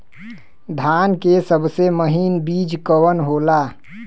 धान के सबसे महीन बिज कवन होला?